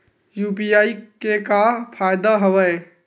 UPI के का फ़ायदा हवय?